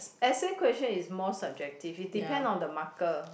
essay question is more subjective it depend on the marker